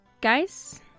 Guys